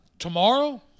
Tomorrow